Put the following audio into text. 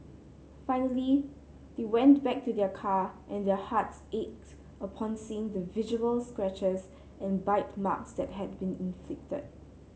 finally they went back to their car and their hearts aches upon seeing the visible scratches and bite marks that had been inflicted